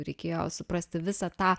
reikėjo suprasti visą tą